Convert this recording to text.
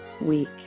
week